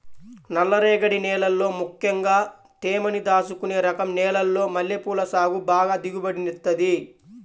నల్లరేగడి నేలల్లో ముక్కెంగా తేమని దాచుకునే రకం నేలల్లో మల్లెపూల సాగు బాగా దిగుబడినిత్తది